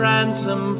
Ransom